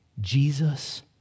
Jesus